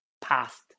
past